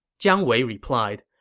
jiang wei replied,